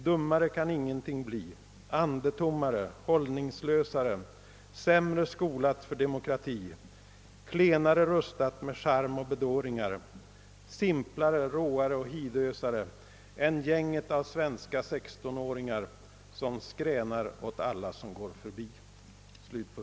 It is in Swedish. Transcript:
Dummare kan ingenting bli, än gänget av svenska sextonåringar som skränar åt alla som går förbi.